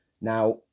Now